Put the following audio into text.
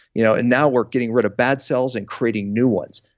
you know and now, we're getting rid of bad cells and creating new ones.